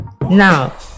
Now